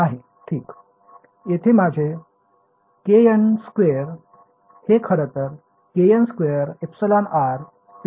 नाही ठीक येथे माझे kn2 हे खरतर kn2εr स्पेसचे फंक्शन होते